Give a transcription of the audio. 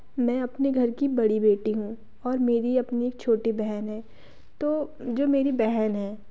मैं अपने घर की बड़ी बेटी हूँ और मेरी अपनी एक छोटी बहन है तो जो मेरी बहन है